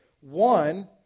One